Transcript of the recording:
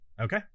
okay